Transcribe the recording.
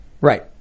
Right